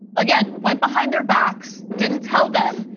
again, went behind their backs, didn't tell them,